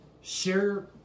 Share